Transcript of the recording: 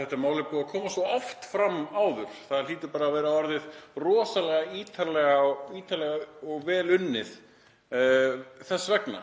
þetta mál sé búið að koma svo oft fram áður að það hljóti að vera orðið rosalega ítarlega og vel unnið þess vegna.